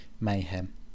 mayhem